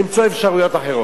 למצוא אפשרויות אחרות.